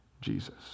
Jesus